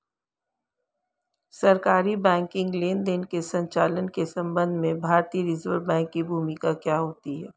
सरकारी बैंकिंग लेनदेनों के संचालन के संबंध में भारतीय रिज़र्व बैंक की भूमिका क्या होती है?